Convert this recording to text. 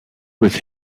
with